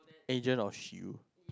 agent of shield